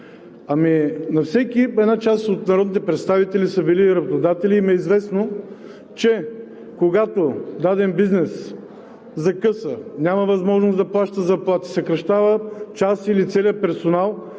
на борсата. Една част от народните представители са били работодатели и им е известно, че когато даден бизнес закъса, няма възможност да плаща заплати, съкращава част или целия персонал